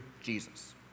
Jesus